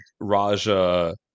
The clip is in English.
Raja